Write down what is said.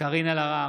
קארין אלהרר,